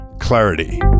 Clarity